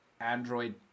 Android